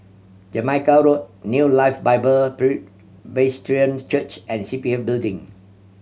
Jamaica Road New Life Bible Presbyterian Church and C P F Building